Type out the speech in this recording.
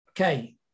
Okay